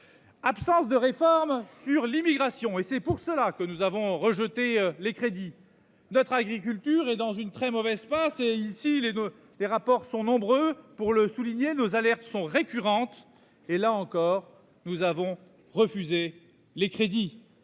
Absence de réforme sur l'immigration et c'est pour cela que nous avons rejeté les crédits notre agriculture est dans une très mauvaise passe et ici les deux. Les rapports sont nombreux pour le souligner nos alertes sont récurrentes et là encore nous avons refusé les crédits.